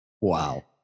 Wow